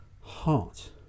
heart